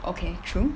okay true